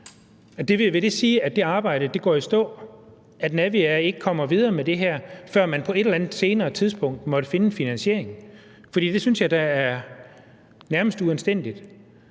det sige, at det arbejde går i stå, at Naviair ikke kommer videre med det her, før man på et eller andet senere tidspunkt måtte finde en finansiering? For det synes jeg da nærmest er uanstændigt,